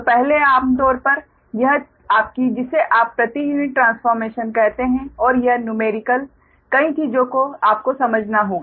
तो पहले आम तौर पर यह आपकी जिसे आप प्रति यूनिट ट्रांस्फ़ोर्मेशन कहते हैं और यह न्यूमेरिकल कई चीजों को आपको समझना होगा